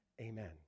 Amen